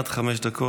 בבקשה.